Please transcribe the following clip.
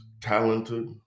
talented